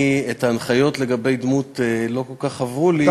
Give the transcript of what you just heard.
ההנחיות לגבי דמות לא כל כך עברו לי,